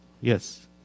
Yes